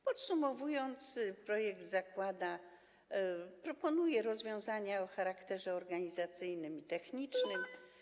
Podsumowując, projekt zakłada rozwiązania o charakterze organizacyjnym i technicznym.